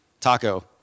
Taco